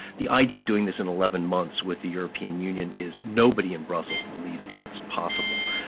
the idea of doing this in eleven months with the european union is nobody in brussels believes that's possible.